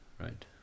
right